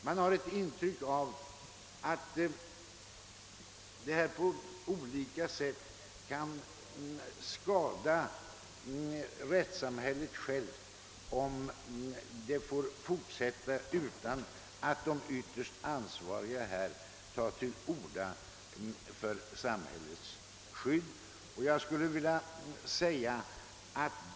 Man har ett intryck av att detta på olika sätt kan skada rättssamhället självt om det får fortsätta utan att de ytterst ansvariga tar till orda för samhällets skydd.